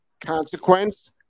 Consequence